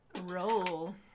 Roll